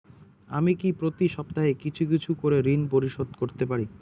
আমি কি প্রতি সপ্তাহে কিছু কিছু করে ঋন পরিশোধ করতে পারি?